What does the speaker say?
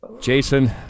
Jason